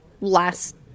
last